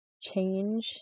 change